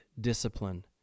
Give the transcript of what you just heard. discipline